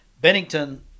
Bennington